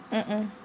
mm mm